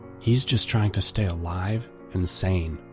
he is just trying to stay alive and sane.